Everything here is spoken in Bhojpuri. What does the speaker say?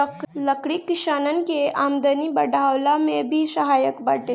लकड़ी किसानन के आमदनी बढ़वला में भी सहायक बाटे